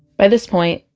by this point,